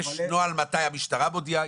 יש נוהל מתי המשטרה מודיעה,